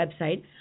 website